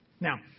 Now